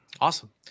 Awesome